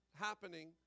happening